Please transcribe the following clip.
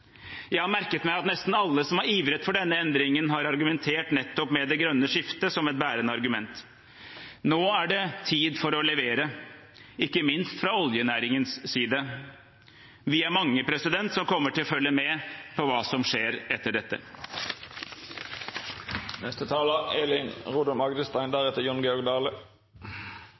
Jeg har merket meg at nesten alle som har ivret for denne endringen, har argumentert nettopp med det grønne skiftet som et bærende argument. Nå er det tid for å levere, ikke minst fra oljenæringens side. Vi er mange som kommer til å følge med på hva som skjer etter dette.